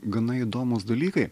gana įdomūs dalykai